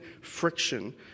friction